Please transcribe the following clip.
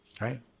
right